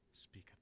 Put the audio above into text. Speak